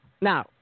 Now